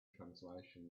translation